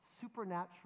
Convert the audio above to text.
supernatural